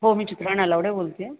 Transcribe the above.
हो मी चित्रा नलावडे बोलते आहे